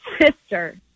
sister